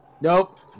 Nope